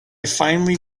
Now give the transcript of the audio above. finally